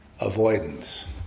avoidance